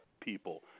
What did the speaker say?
people